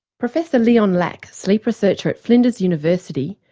professor leon lack, sleep researcher at flinders university,